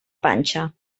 panxa